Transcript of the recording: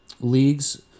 leagues